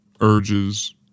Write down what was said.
urges